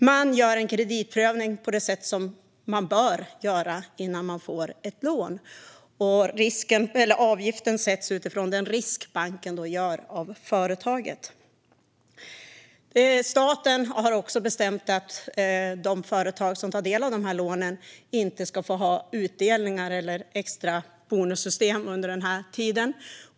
Man gör en kreditprövning på det sätt som man bör göra innan ett lån beviljas. Avgiften sätts utifrån den riskbedömning banken gör av företaget. Staten har också bestämt att de företag som tar del av lånen inte ska få göra utdelningar eller tillämpa extra bonussystem under denna tid.